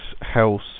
house